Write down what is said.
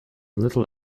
little